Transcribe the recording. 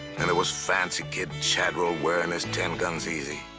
and there was fancy kid chadwell, wearing his ten guns easy.